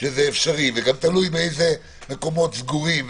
שזה אפשרי וגם תלוי באיזה מקומות סגורים,